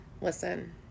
Listen